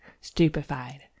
stupefied